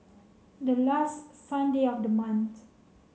the last Sunday of the month